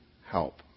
help